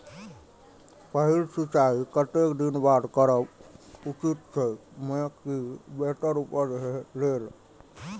पहिल सिंचाई कतेक दिन बाद करब उचित छे मके के बेहतर उपज लेल?